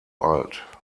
alt